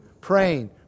praying